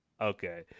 Okay